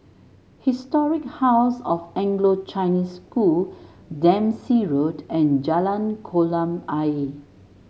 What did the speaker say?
Historic House of Anglo Chinese School Dempsey Road and Jalan Kolam Ayer